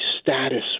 status